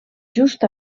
just